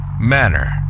manner